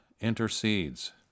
Intercedes